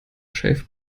shave